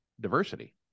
diversity